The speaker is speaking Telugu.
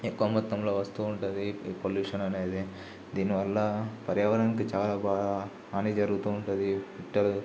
ఎక్కువ మొత్తంలో వస్తూ ఉంటుంది ఈ ఈ పొల్యూషన్ అనేది దీనివల్ల పర్యావరణానికి చాలా బాగా హాని జరుగుతూ ఉంటుంది పిట్టలు